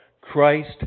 Christ